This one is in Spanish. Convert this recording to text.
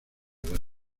edad